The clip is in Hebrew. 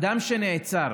אדם שנעצר